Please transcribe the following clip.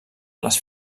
les